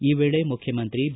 ಈ ವೇಳೆ ಮುಖ್ಯಮಂತ್ರಿ ಬಿ